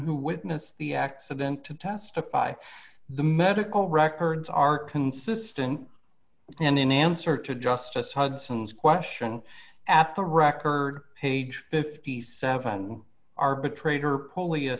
who witnessed the accident to testify the medical records are consistent and in answer to justice hudson's question at the record page fifty seven arbitrator